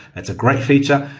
that's a great feature.